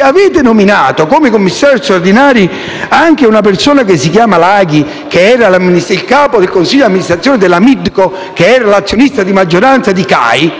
avete nominato come commissario straordinario anche una persona che si chiama Laghi, che era il capo del consiglio di amministrazione della Midco, che era l'azionista di maggioranza di CAI,